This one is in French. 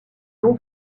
dom